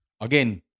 Again